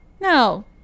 no